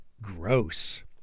Gross